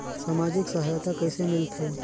समाजिक सहायता कइसे मिलथे?